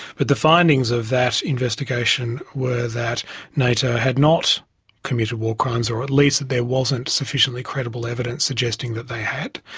but the findings of that investigation were that nato had not committed war crimes, or at least that there wasn't sufficiently credible evidence suggesting that they had.